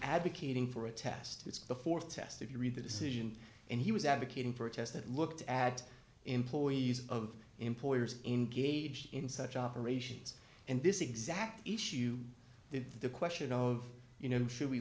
advocating for a test it's the th test if you read the decision and he was advocating for a test that looked at employees of employers engaged in such operations and this exact issue that the question of you know should we